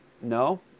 no